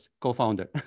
co-founder